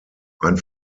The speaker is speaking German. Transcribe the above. ein